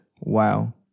Wow